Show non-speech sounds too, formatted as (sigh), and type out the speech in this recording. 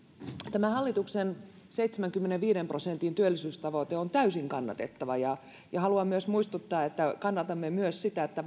tämä hallituksen seitsemänkymmenenviiden prosentin työllisyystavoite on täysin kannatettava ja ja haluan muistuttaa että kannatamme myös sitä että (unintelligible)